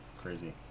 Crazy